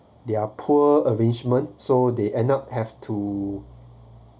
they're poor arrangements so they end up have to